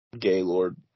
Gaylord